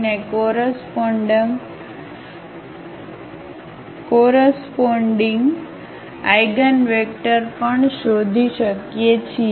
ને corresponding eigenvector પણ શોધી શકીએ છીએ